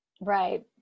Right